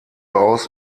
aus